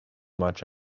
much